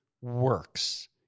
works